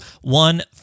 one